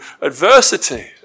adversity